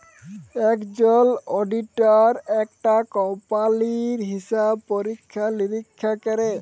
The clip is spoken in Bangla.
একজল অডিটার একটা কম্পালির হিসাব পরীক্ষা লিরীক্ষা ক্যরে